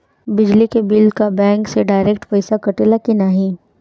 बिजली के बिल का बैंक से डिरेक्ट पइसा कटेला की नाहीं?